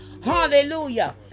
hallelujah